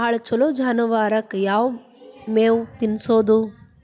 ಭಾಳ ಛಲೋ ಜಾನುವಾರಕ್ ಯಾವ್ ಮೇವ್ ತಿನ್ನಸೋದು?